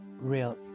real